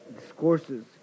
discourses